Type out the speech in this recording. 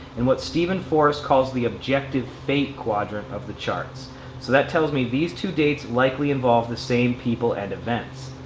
in what steven forest calls the objective fate quadrant of the charts. so that tells me that these two dates likely involved the same people and events.